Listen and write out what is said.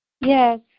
Yes